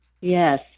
Yes